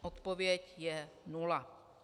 Odpověď je nula.